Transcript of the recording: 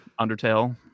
undertale